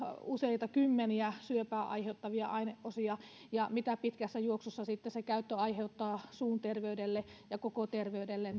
useita kymmeniä syöpää aiheuttavia aineosia ja mitä pitkässä juoksussa sitten sen käyttö aiheuttaa suun terveydelle ja koko terveydelle